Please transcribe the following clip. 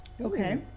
Okay